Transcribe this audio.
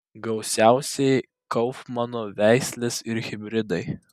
gausiausiai kaufmano veislės ir hibridai